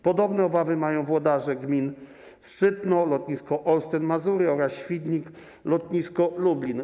Podobne obawy mają włodarze gmin Szczytno - lotnisko Olsztyn-Mazury oraz Świdnik - lotnisko Lublin.